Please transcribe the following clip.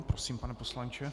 Prosím, pane poslanče.